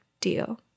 deal